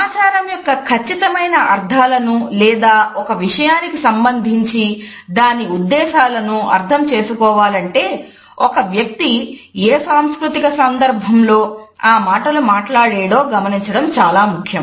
సమాచారం యొక్క ఖచ్చితమైన అర్థాలను లేదా ఒక విషయానికి సంబంధించి దాని ఉద్దేశాలను అర్థం చేసుకోవాలంటే ఒక వ్యక్తి ఏ సాంస్కృతిక సందర్భంలో ఆ మాటలు మాట్లాడాడో గమనించడం చాలా ముఖ్యం